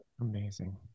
Amazing